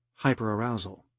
hyperarousal